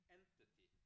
entity